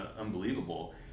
unbelievable